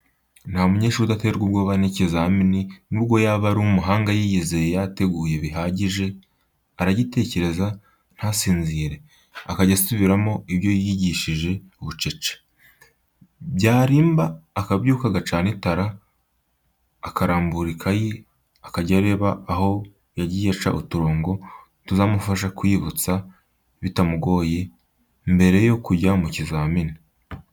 Nta munyeshuri udaterwa ubwoba n'ikizamini n'ubwo yaba ari umuhanga yiyizeye yateguye bihagije, aragitekereza ntasinzire, akajya asubiramo ibyo yiyigishije bucece, byarimba akabyuka agacana itara, akarambura ikayi akajya areba aho yagiye aca uturongo tuzamufasha kwiyibutsa bitamugoye, mbere yo kujya mu kizamini.